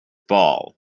ball